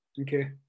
Okay